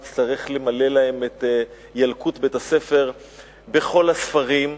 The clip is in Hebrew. נצטרך למלא להם את ילקוט בית-הספר בכל הספרים,